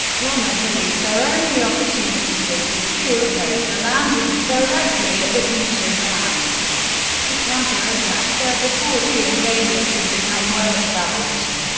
rommel believed their only opportunity would be to oppose the landings directly at the beaches, and to counterattack there before the invaders could become well established.